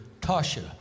Tasha